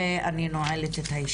ואני נועלת את הישיבה.